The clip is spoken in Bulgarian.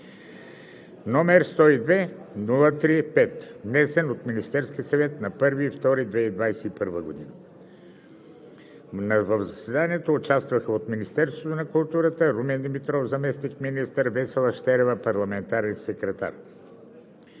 № 102-03-5, внесен от Министерския съвет на 1 февруари 2021 г. В заседанието участваха от Министерството на културата: Румен Димитров – заместник-министър, и Весела Щерева – парламентарен секретар.